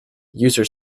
user